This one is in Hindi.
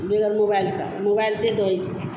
बग़ैर मोबाइल के मोबाइल दे दो वही